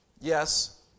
yes